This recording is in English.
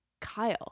Kyle